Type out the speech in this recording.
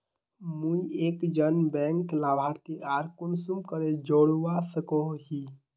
मुई एक जन बैंक लाभारती आर कुंसम करे जोड़वा सकोहो ही?